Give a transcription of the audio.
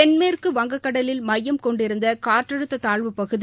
தென்மேற்கு வங்கக்கடலில் மையம் கொண்டிருந்தனற்றழுத்ததாழ்வுப்பகுதி